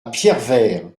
pierrevert